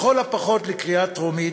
לכל הפחות לקריאה טרומית,